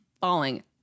falling